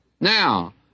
Now